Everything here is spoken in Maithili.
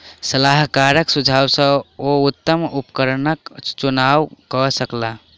सलाहकारक सुझाव सॅ ओ उत्तम उपकरणक चुनाव कय सकला